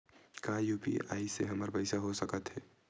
का यू.पी.आई से हमर पईसा हो सकत हे?